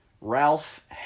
Ralph